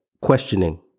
questioning